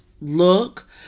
look